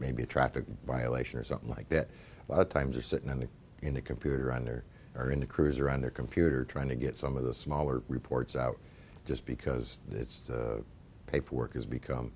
maybe a traffic violation or something like that but i'm just sitting in the in the computer and there are in the crews around their computer trying to get some of the smaller reports out just because it's paperwork has become